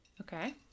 Okay